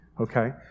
okay